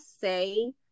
say